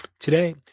Today